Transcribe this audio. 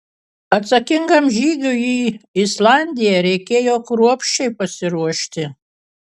atsakingam žygiui į islandiją reikėjo kruopščiai pasiruošti